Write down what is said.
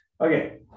okay